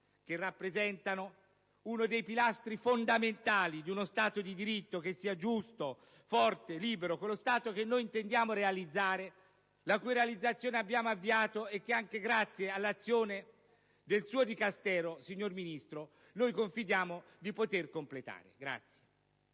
che rappresentano uno dei pilastri fondamentali di uno Stato di diritto che sia giusto, forte, libero, quello Stato che noi intendiamo realizzare, la cui realizzazione abbiamo avviato e che anche grazie all'azione del suo Dicastero, signor Ministro, confidiamo di poter completare.